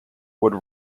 would